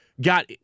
got